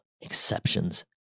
exceptions